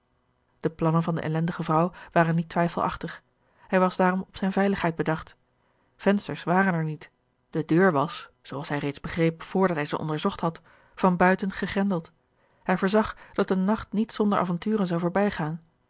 de plannen van de ellendige vrouw waren niet twijfelachtig hij was daarom op zijne veiligheid bedacht vensters waren er niet de deur was zoo als hij reeds begreep vrdat hij ze onderzocht had van buiten gegrendeld hij voorzag dat de nacht niet zonder avonturen zou voorbijgaan